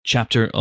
Chapter